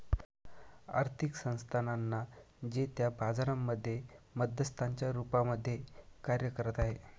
आर्थिक संस्थानांना जे त्या बाजारांमध्ये मध्यस्थांच्या रूपामध्ये कार्य करत आहे